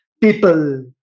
people